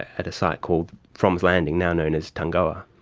at a site called fromm's landing, now known as tungawa.